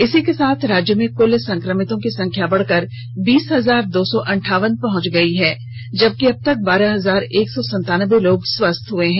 इसी के साथ राज्य में कुल संक्रमितों की संख्या बढ़कर बीस हजार दो सौ अंठावन पहंच गयी है जबकि अबतक बारह हजार एक सौ संतानबे लोग स्वस्थ हो चुके हैं